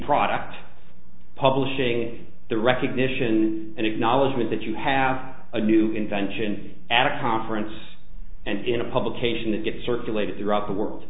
product publishing the recognition and acknowledgment that you have a new invention at a conference and in a publication that gets circulated throughout the world